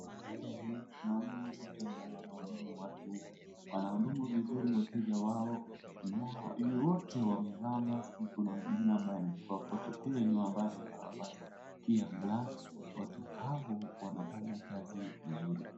Picha hii naona watu ambao wanahudumu watu, wanahudumu vizuri wateja wao na wote wamevaa maski, kuna mwingine ambaye anachukua photo kule nyuma ambaye amevaa maski ya black watu hao wanafanya kazi vizuri.